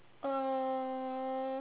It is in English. uh